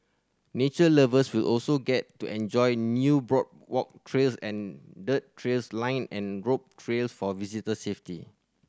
nature lovers will also get to enjoy new boardwalk trails and dirt trails lined and rope for visitor safety